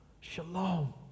shalom